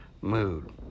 Mood